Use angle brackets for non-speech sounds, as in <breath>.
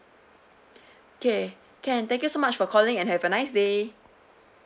<breath> K can thank you so much for calling and have a nice day